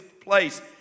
place